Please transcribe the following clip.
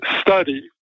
study